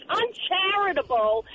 uncharitable